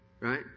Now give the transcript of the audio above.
right